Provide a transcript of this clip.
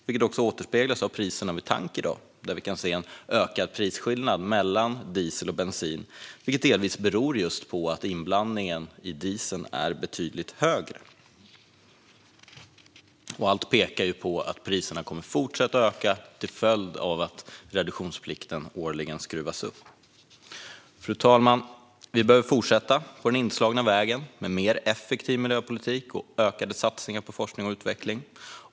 Det återspeglas i priserna vid tank i dag, där vi kan se en ökad prisskillnad mellan diesel och bensin, vilket delvis beror på just att inblandningen i diesel är betydligt högre. Allt pekar dessutom på att priserna kommer att fortsätta att öka till följd av att reduktionsplikten årligen skruvas upp. Fru talman! Vi behöver fortsätta på den inslagna vägen, med mer effektiv miljöpolitik och ökade satsningar på forskning och utveckling.